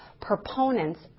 proponents